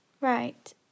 Right